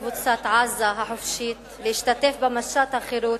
על-ידי קבוצת "עזה החופשית" להשתתף במשט החירות,